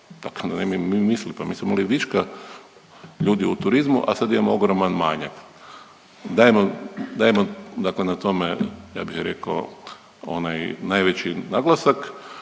razumije./... mi smo imali viška ljudi u turizmu, a sad imamo ogroman manjak. Dajemo, dajemo, dakle na tome ja bih rekao onaj najveći naglasak,